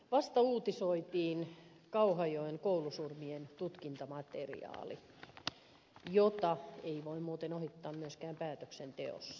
vasta uutisoitiin kauhajoen koulusurmien tutkintamateriaali jota ei voi muuten ohittaa myöskään päätöksenteossa